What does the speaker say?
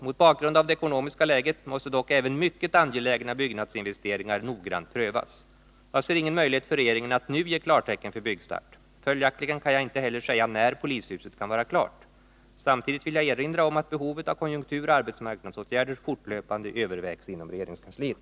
Mot bakgrund av det ekonomiska läget måste dock även mycket angelägna byggnadsinvesteringar noggrant prövas. Jag ser ingen möjlighet för regeringen att nu ge klartecken för byggstart. Följaktligen kan jag heller inte säga när polishuset kan vara klart. Samtidigt vill jag erinra om att behovet av konjunkturoch arbetsmarknadsåtgärder fortlöpande övervägs inom regeringskansliet.